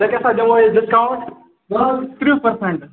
ژےٚ کیٛاہ سا دِمہوے أسۍ ڈِسکَوُنٛٹ مان ژٕ ترٛہ پٔرسنٛٹ